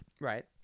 Right